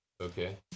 Okay